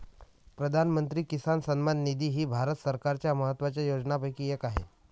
प्रधानमंत्री किसान सन्मान निधी ही भारत सरकारच्या महत्वाच्या योजनांपैकी एक आहे